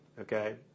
okay